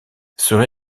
serait